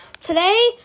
Today